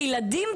הילדים,